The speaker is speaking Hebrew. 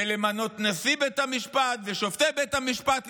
למנות נשיא בית המשפט ושופטי בית המשפט.